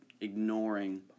ignoring